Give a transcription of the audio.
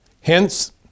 Hence